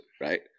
right